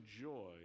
joy